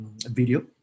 video